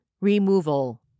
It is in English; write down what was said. Removal